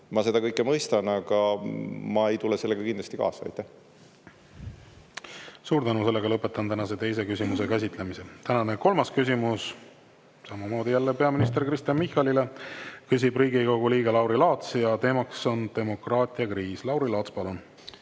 Ma seda kõike mõistan, aga ma ei tule sellega kindlasti kaasa. Suur tänu! Lõpetan tänase teise küsimuse käsitlemise. Tänane kolmas küsimus samamoodi jälle peaminister Kristen Michalile, küsib Riigikogu liige Lauri Laats ja teemaks on demokraatia kriis. Lauri Laats, palun!